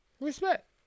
Respect